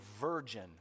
virgin